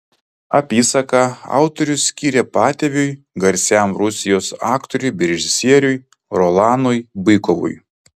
apysaką autorius skyrė patėviui garsiam rusijos aktoriui bei režisieriui rolanui bykovui